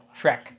Shrek